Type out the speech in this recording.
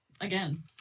Again